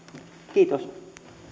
kiitos